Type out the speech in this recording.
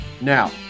Now